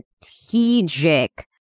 strategic